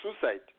suicide